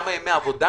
כמה ימי עבודה